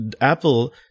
Apple